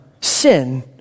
sin